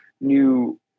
new